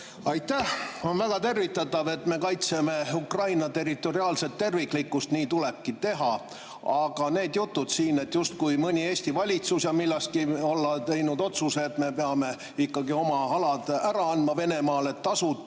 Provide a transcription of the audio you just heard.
Aitäh! On väga tervitatav, et me kaitseme Ukraina territoriaalset terviklikkust, nii tulebki teha. Aga need jutud siin, justkui mõni Eesti valitsus millalgi oleks teinud otsuse, et me peame ikkagi oma alad ära andma Venemaale tasuta